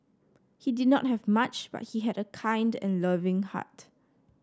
he did not have much but he had a kind and loving heart